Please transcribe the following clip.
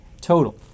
total